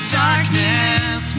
darkness